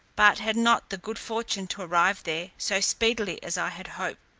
but had not the good fortune to arrive there so speedily as i had hoped.